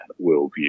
worldview